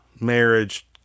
marriage